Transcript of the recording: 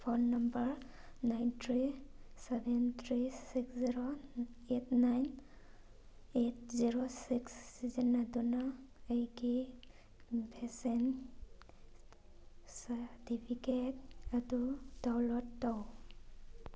phone number nine three seven three six zero eight nine eight zero six ꯁꯤꯖꯤꯟꯅꯗꯨꯅ ꯑꯩꯒꯤ vaccine certificate ꯑꯗꯨ download ꯇꯧ